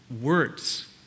words